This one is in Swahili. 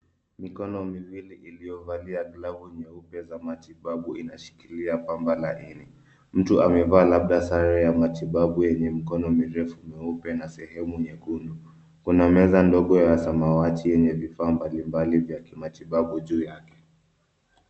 Mikono miwili iliyovalia glavu nyeupe za matibabu inashikilia pamba laini. Mtu amevaa labda sare ya matibabu yenye mikono mirefu myeupe na sehemu nyekundu. Kuna meza ndogo ya samawati yenye vifaa mbalimbali vya kimatibabu juu yake.